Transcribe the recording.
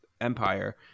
Empire